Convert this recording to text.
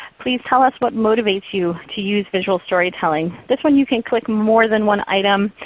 please tell us what motivates you to use visual storytelling. this one you can click more than one item.